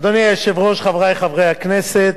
אדוני היושב-ראש, חברי חברי הכנסת,